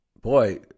boy